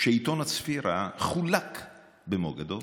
שעיתון "הצפירה" חולק במוגדור,